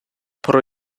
про